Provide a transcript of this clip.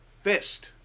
fist